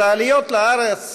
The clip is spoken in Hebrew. את העליות לארץ